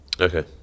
Okay